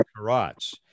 karats